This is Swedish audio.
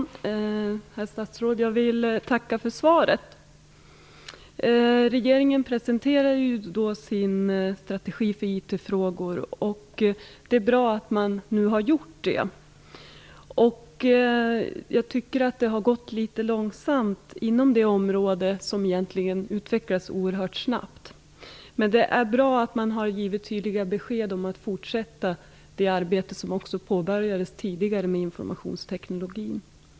Fru talman! Jag vill tacka för svaret, herr statsråd. Regeringen har presenterat sin strategi för IT-frågor, och det är bra att den nu har gjort det. Jag tycker att det har gått litet långsamt på detta område, som utvecklas oerhört snabbt. Det är bra att man har givit tydliga besked om att fortsätta det arbete som tidigare har påbörjats inom informationsteknologins område.